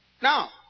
Now